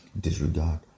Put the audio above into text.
Disregard